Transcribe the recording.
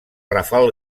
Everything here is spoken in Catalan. rafal